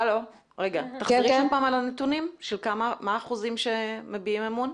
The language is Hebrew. תחזרי שוב על הנתונים מה האחוזים שמביעים אמון?